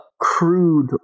crude